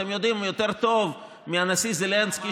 אתם יודעים יותר טוב מהנשיא זלנסקי,